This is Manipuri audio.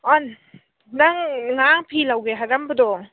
ꯅꯪ ꯉꯔꯥꯡ ꯐꯤ ꯂꯧꯒꯦ ꯍꯥꯏꯔꯝꯕꯗꯣ